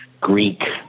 Greek